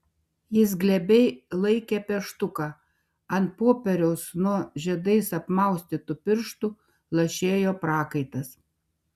jis glebiai laikė pieštuką ant popieriaus nuo žiedais apmaustytų pirštų lašėjo prakaitas